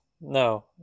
No